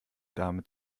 dame